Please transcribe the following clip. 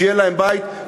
שיהיה להם בית.